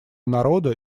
народа